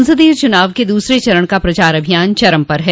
संसदीय चुनाव के दूसर चरण का प्रचार अभियान चरम पर है